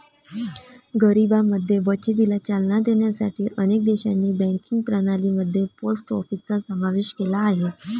गरिबांमध्ये बचतीला चालना देण्यासाठी अनेक देशांनी बँकिंग प्रणाली मध्ये पोस्ट ऑफिसचा समावेश केला आहे